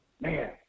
man